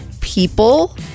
people